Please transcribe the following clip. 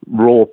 raw